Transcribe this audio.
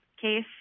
case